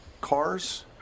cars